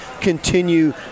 continue